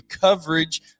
coverage